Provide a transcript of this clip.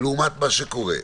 לעומת מה שקורה.